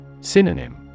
Synonym